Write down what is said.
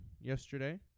yesterday